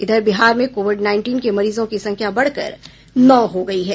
इधर बिहार में covid nineteen के मरीजों की संख्या बढ़कर नौ हो गयी है